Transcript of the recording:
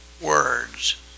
words